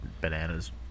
bananas